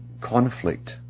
conflict